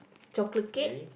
chocolate cake